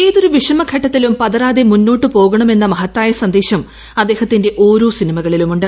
ഏതൊരു വിഷമ ഘട്ടത്തിലും പ്രതറാതെ മുന്നോട്ട് പോകണമെന്ന മഹത്തായ സന്ദേശം അദ്ദേഹത്തിന്റെ ഓരോ സിനിമകളിലുമുണ്ട്